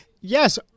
yes